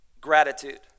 gratitude